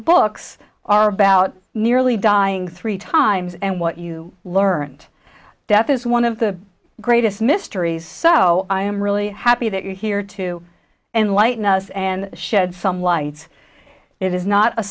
books are about nearly dying three times and what you learnt death is one of the greatest mysteries so i am really happy that you're here to enlighten us and shed some light it is not a